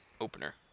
opener